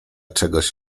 czegoś